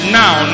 now